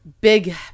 big